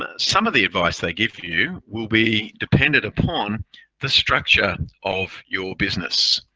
ah some of the advice they give you will be depended upon the structure of your business.